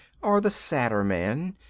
or the sadder man,